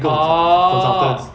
orh